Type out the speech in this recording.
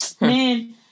man